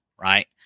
right